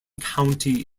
county